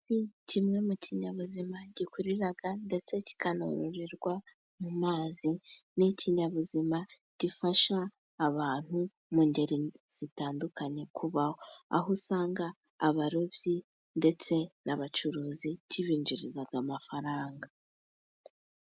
Kimwe mu kinyabuzima gikurira ndetse kikanororerwa mu mazi. Ni ikinyabuzima gifasha abantu mu ngeri zitandukanye kubaho. Aho usanga abarobyi ndetse n'abacuruzi kibinjiriza amafaranga.